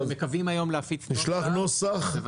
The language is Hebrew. אנחנו מקווים להפיץ את הנוסח היום.